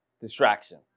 distraction